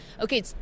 Okay